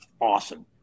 awesome